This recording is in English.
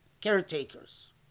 caretakers